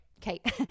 Kate